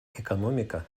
экономика